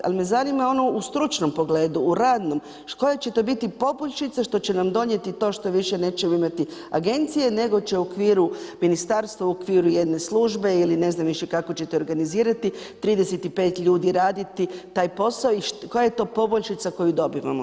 Ali, me znanima ono u stručnom pogledu, u radnom, koje će to biti poboljšaše što će nam donijeti to što više nećemo imati agencije, nego će u okviru ministarstva, u okviru jedne službe ili ne znam više kako ćete organizirati, 35 ljudi raditi taj posao i koja je to poboljšica koju dobivamo?